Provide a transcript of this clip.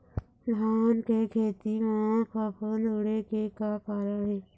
धान के खेती म फफूंद उड़े के का कारण हे?